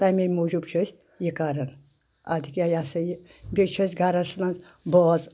تَمے موٗجوٗب چھِ أسۍ یہِ کران ادٕ کیٛاہ یہِ ہسا یہِ بیٚیہِ چھِ أسۍ گرَس منٛز بٲژ